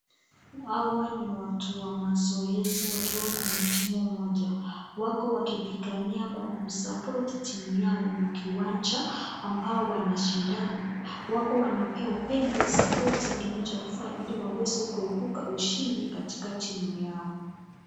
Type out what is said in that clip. Hawa ni watu wa mazoezi wakiwa kwenye timu moja, wako wakipigania ama waki [support] yao kwenye kiwanja, ambayo wanashindana ,wako wanaipea upendo, {support} kinachoifaa ili waeze kuebuka ushindi katika timu yao.